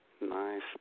Nice